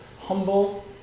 humble